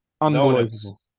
unbelievable